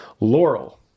Laurel